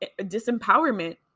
disempowerment